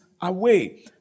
away